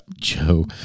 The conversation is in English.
Joe